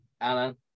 Alan